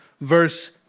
verse